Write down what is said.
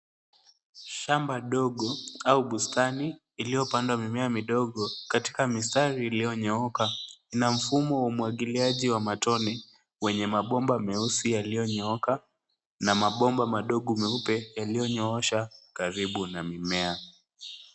Shamba dogo au bustani iliyopandwa mimea midogo katika mistari iliyonnyooka. Kuna mfumo wa umwagiliaji wa matone wenye mabomba nyeusi yaliyonyooka na mabomba madogo meupe yaliyonyoosha karibu na mimea